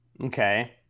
Okay